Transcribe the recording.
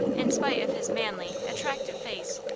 in spite of his manly, attractive face,